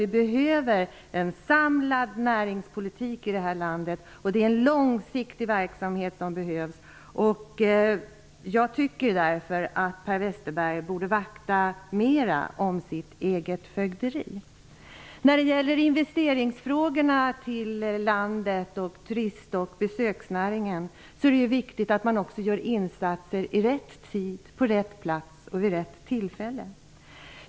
Vi behöver en samlad och långsiktig näringspolitik i landet. Jag tycker därför att Per Westerberg borde vakta sitt eget fögderi bättre. Det är viktigt att man gör insatser i rätt tid, på rätt plats och vid rätt tillfälle när det gäller frågor om investeringar i landet och turist och besöksnäringen.